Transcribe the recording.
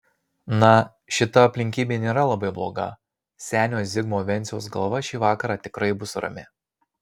na šita aplinkybė nėra labai bloga senio zigmo venciaus galva šį vakarą tikrai bus rami